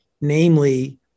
namely